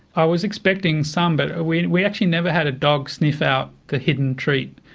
i was expecting some, but we we actually never had a dog sniff out the hidden treat.